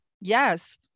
Yes